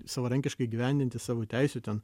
savarankiškai įgyvendinti savo teisių ten